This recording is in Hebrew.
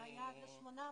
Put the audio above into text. היעד זה 800,